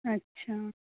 अच्छा